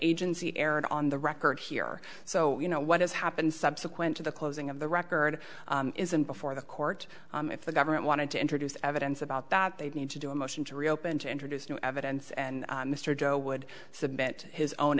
agency erred on the record here so you know what has happened subsequent to the closing of the record is and before the court if the government wanted to introduce evidence about that they'd need to do a motion to reopen to introduce new evidence and mr joe would submit his own